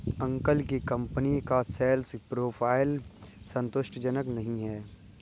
uncle की company का sales profile संतुष्टिजनक नही है